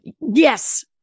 Yes